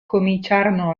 cominciarono